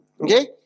Okay